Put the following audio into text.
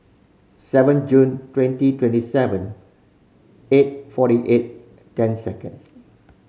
seven June twenty twenty seven eight forty eight ten seconds